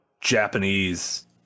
Japanese